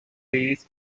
peace